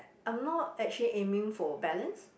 I'm not actually aiming for balance